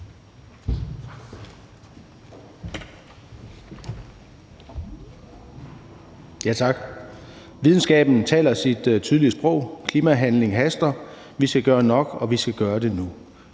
Tak. Videnskaben taler sit tydelige sprog. Klimahandling haster – vi skal gøre nok, og vi skal gøre det nu.